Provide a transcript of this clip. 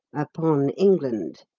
upon england.